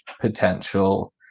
potential